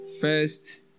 first